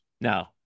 No